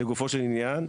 לגופו של עניין.